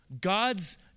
God's